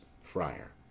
Friar